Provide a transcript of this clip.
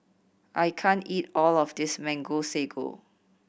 I can't eat all of this Mango Sago